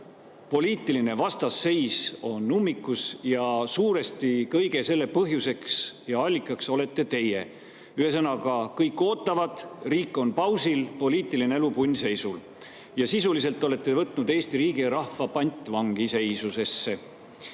poliitiline vastasseis on ummikus ja suuresti kõige selle põhjuseks ja allikaks olete teie. Ühesõnaga, kõik ootavad, riik on pausil, poliitiline elu punnseisus. Sisuliselt olete te võtnud Eesti riigi ja rahva pantvangiseisusesse.